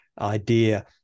idea